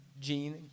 Gene